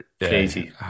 crazy